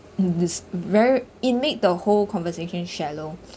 mm this very it made the whole conversation shallow